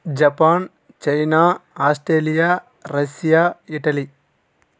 Japan China Australia Russia Italy